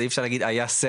אי אפשר להגיד זה היה סרט,